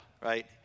right